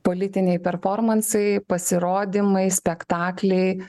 politiniai performansai pasirodymai spektakliai